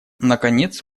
наконец